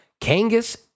Kangas